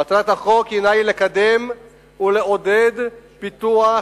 מטרת החוק הינה לקדם ולעודד פיתוח,